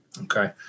Okay